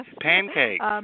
Pancakes